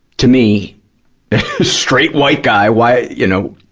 to me, a straight white guy, why, you know,